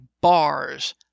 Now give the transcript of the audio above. bars